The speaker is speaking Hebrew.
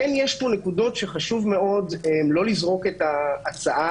כן יש פה נקודות שחשוב מאוד לא לזרוק את ההצעה